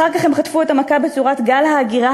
אחר כך הם חטפו את המכה בצורת גל ההגירה